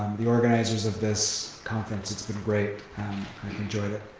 the organizers of this conference. it's been great. i've enjoyed it.